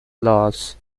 laws